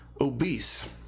obese